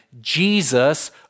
Jesus